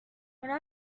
when